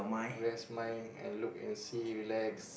rest mind I look and see relax